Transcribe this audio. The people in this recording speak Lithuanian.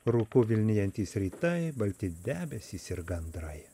rūku vilnijantys rytai balti debesys ir gandrai